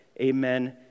Amen